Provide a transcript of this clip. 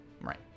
Right